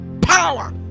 power